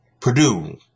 Purdue